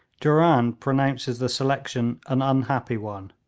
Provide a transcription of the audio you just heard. durand pronounces the selection an unhappy one,